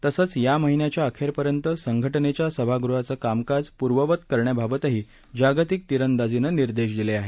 तसंच या महिन्याच्या अखेरपर्यंत संघटनेच्या सभागृहाचं कामकाज पूर्ववत करण्याबाबतही जागतिक तिरंदाजीनं निर्देश दिले आहेत